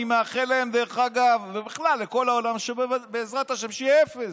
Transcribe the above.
אני מאחל להם ובכלל לכל העולם שבאמת בעזרת השם יהיה אפס.